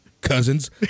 cousins